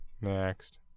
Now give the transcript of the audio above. Next